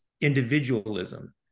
individualism